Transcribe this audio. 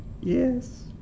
Yes